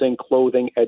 clothing